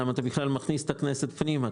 למה אתה בכלל מכניס את הכנסת פנימה,